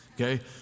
okay